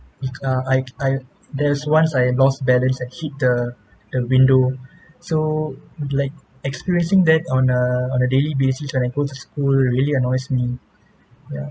uh I I there's once I lost balance and hit the the window so like experiencing that on err on a daily basis when I goes to school really annoys me ya